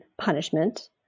punishment